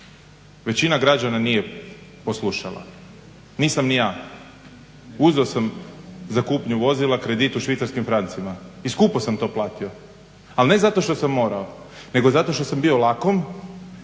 Većina građana nije poslušala, nisam ni ja. Uzeo sam za kupnju vozila kredit u švicarskim francima i skupo sam to platio, al ne zato što sam mora nego zato što sam bio lakom